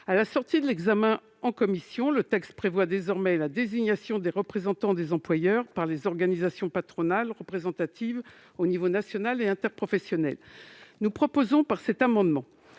Le texte de la commission prévoit désormais la désignation des représentants des employeurs par les organisations patronales représentatives à l'échelon national et interprofessionnel. Nous proposons à travers cet amendement